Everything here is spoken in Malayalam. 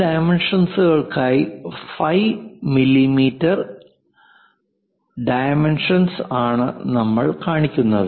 ആ ഡൈമെൻഷൻസ്കൾക്കായി ഫൈ 6 മില്ലിമീറ്റർ ഡൈമെൻഷൻ ആണ് നമ്മൾ കാണിക്കുന്നത്